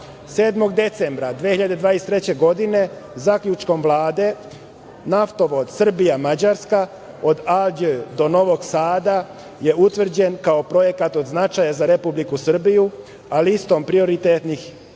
7. decembra 2023. godine zaključnom Vlade naftovod Srbija-Mađarska od Ade do Novog Sada je utvrđen kao projekat od značaja za Republiku Srbiju, a listom prioritetnih